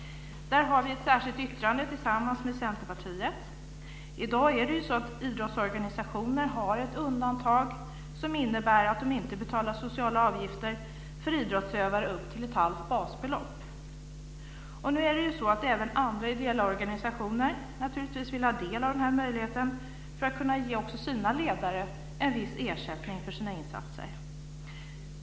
Där har vi ett särskilt yttrande tillsammans med Centerpartiet. I dag har idrottsorganisationer ett undantag som innebär att de inte betalar sociala avgifter för idrottsutövare upp till ett halvt basbelopp. Nu är det naturligtvis så att även andra ideella organisationer vill ha del av denna möjlighet för att kunna ge sina ledare en viss ersättning för deras insatser.